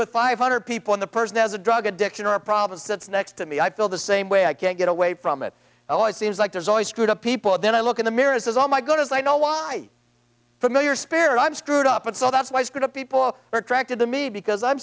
with five hundred people in the person as a drug addiction or a problem sits next to me i feel the same way i can't get away from it always seems like there's always screwed up people then i look in the mirror is all my goodness i know why familiar spirit i'm screwed up and so that's why i screwed up people are attracted to me because i'm